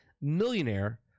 millionaire